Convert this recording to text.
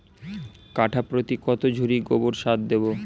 কাঠাপ্রতি কত ঝুড়ি গোবর সার দেবো?